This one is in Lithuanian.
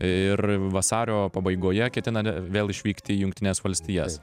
ir vasario pabaigoje ketinate vėl išvykti į jungtines valstijas